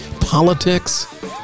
politics